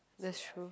that's true